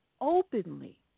openly